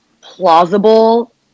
plausible